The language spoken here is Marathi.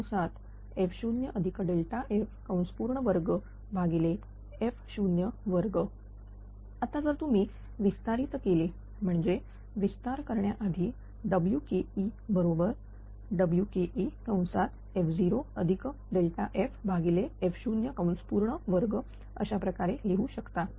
WkeWke0 f0f2f02 आता जर तुम्ही विस्तारित केले म्हणजेच विस्तारित करण्याआधी Wke बरोबर Wke0f0ff02 अशाप्रकारे लिहू शकता